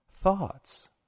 Thoughts